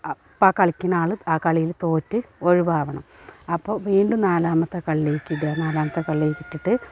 അപ്പം കളിക്കണ ആൾ ആ കളിയിൽ തോറ്റു ഒഴിവാകണം അപ്പോൾ വീണ്ടും നാലാമത്തെ കള്ളിയിലേക്ക് ഇടുക നാലാമത്തെ കള്ളിയിലേക്കിട്ടിട്ട്